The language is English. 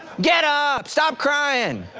get up, stop crying.